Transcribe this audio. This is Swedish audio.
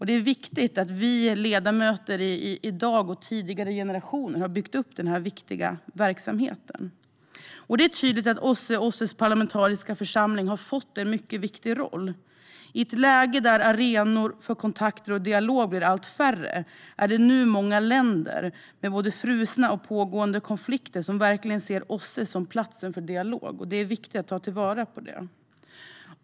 Det är både vi ledamöter i dag och tidigare generationer som har byggt upp den viktiga verksamheten. Det är tydligt att OSSE och OSSE:s parlamentariska församling har fått en mycket viktig roll. I ett läge där arenor för kontakter och dialog blir allt färre är det nu många från länder med både frusna och pågående konflikter som verkligen ser OSSE som platsen för dialog, och det är viktigt att ta vara på det.